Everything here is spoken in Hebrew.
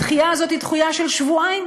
הדחייה הזאת היא דחייה של שבועיים,